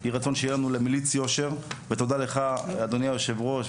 יהי רצון שיהיה לנו למליץ יושר ותודה לך אדוני היושב-ראש,